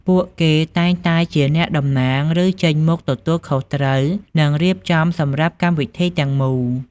ពួកគេតែងតែជាអ្នកតំណាង ឬ ចេញមុខទទួលខុសត្រូវ និងរៀបចំសម្រាប់កម្មវិធីទាំងមូល។